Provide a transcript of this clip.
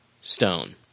stone